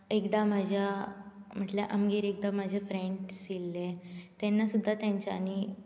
एकदा म्हज्या म्हटल्यार आमगेर एकदा म्हाजे फ्रेंड्स येल्ले तेन्ना सुद्दां तेंच्यानी